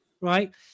right